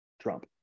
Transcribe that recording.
Trump